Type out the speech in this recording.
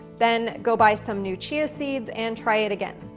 then go buy some new chia seeds and try it again.